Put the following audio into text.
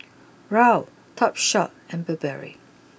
Raoul Topshop and Burberry